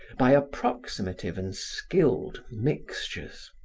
by approximative and skilled mixtures.